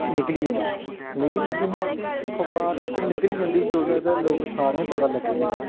निकली जंदी ते निकली जंदी ना अखबार जेल्लै निकली जंदी तां लोकें सारें गी पता लग्गी जंदा